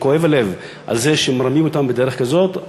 וכואב הלב על זה שמרמים אותם בדרך כזאת.